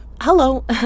Hello